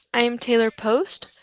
i am taylor post,